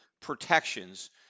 protections